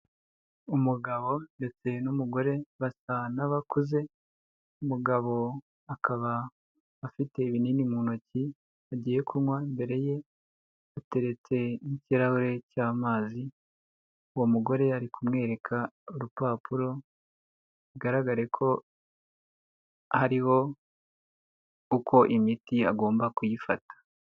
Umugabo ndetse n'umugore basa n'abakuze, umugabo akaba afite ibinini mu ntoki agiye kunywa, imbere ye hateretse n'ikirahure cy'amazi, uwo mugore ari kumwereka urupapuro, bigaragare ko hariho uko imiti agomba kuyifata.